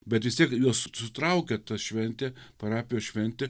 bet vistiek juos sutraukė šventė parapijos šventė